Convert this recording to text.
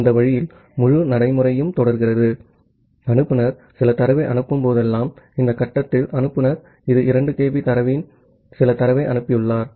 ஆகவே அந்த வழியில் முழு நடைமுறையும் தொடர்கிறது அனுப்புநர் சில தரவை அனுப்பும் போதெல்லாம் இந்த கட்டத்தில் அனுப்புநர் இது 2 kB தரவின் சில தரவை அனுப்பியுள்ளார்